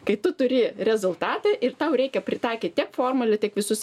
kai tu turi rezultatą ir tau reikia pritaikyt formulę tik visus